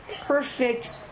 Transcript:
perfect